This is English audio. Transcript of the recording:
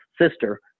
sister